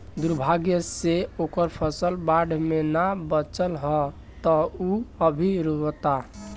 दुर्भाग्य से ओकर फसल बाढ़ में ना बाचल ह त उ अभी रोओता